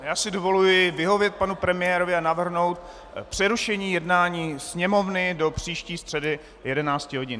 Já si dovoluji vyhovět panu premiérovi a navrhnout přerušení jednání Sněmovny do příští středy 11 hodin.